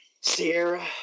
Sierra